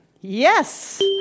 Yes